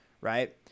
Right